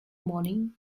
morning